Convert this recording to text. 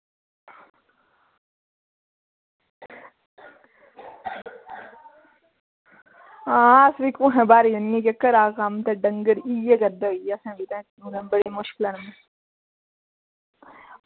ते हां अस बी कुत्थै घरा बाह्र जन्ने होन्ने डंगर इ'यै करदे होई असें बड़े मुशकला कन्नै